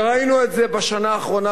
וראינו את זה בשנה האחרונה,